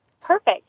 Perfect